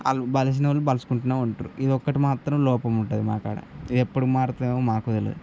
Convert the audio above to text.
వాళ్ళు బలిసిన వాళ్ళు బలుసుకుంటూనే ఉంటారు ఇది ఒక్కటి మాత్రం లోపం ఉంటుంది మాకాడ ఇది ఎప్పుడు మారుతుందో మాకే తెలియదు